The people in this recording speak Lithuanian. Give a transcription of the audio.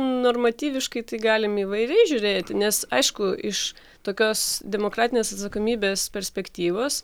normatyviškai tai galim įvairiai žiūrėti nes aišku iš tokios demokratinės atsakomybės perspektyvos